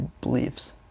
beliefs